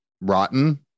rotten